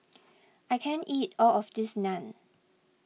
I can't eat all of this Naan